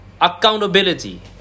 accountability